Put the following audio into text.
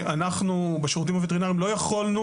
אנחנו בשירותים הווטרינריים לא יכולנו